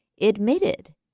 admitted